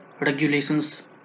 regulations